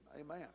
Amen